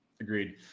Agreed